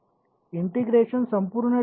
integration संपूर्ण domain आहे